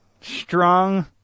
Strong